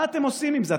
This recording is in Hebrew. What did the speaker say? מה אתם עושים עם זה?